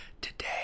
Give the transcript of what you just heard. today